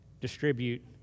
distribute